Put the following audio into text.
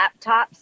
laptops